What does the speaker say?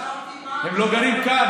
שאלתי מה, הם לא גרים כאן?